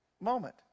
moment